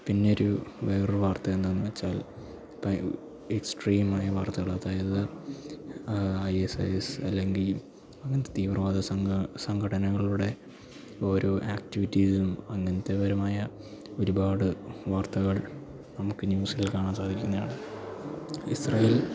പിന്നെയൊരു വേറൊരു വാർത്ത എന്താണെന്ന് വെച്ചാൽ ഇപ്പം എക്സ്ട്രീം ആയ വാർത്തകൾ തായത് ഐ എസ് ഐ എസ് അല്ലെങ്കിൽ അങ്ങനെത്തെ തീവ്രവാദ സംഘടനകളുടെ ഓരോ ആക്റ്റിവിറ്റിയും അങ്ങനത്തെപരമായ ഒരുപാട് വാർത്തകൾ നമുക്ക് ന്യൂസ്കളിൽ കാണാൻ സാധിക്കുന്നതാണ് ഇസ്രയേൽ